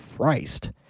christ